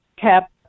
kept